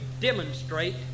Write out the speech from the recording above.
demonstrate